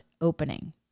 opening